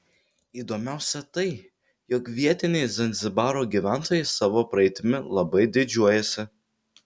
įdomiausia tai jog vietiniai zanzibaro gyventojai savo praeitimi labai didžiuojasi